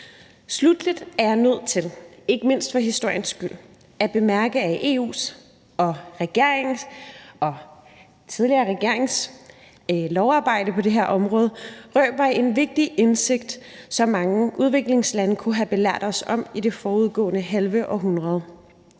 Sluttelig er jeg nødt til, ikke mindst for historiens skyld, at bemærke, at EU's og regeringens og den tidligere regerings lovarbejde på det her område røber en vigtig indsigt, som mange udviklingslande kunne have belært os om i det forudgående halve århundrede.